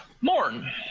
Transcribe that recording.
Morn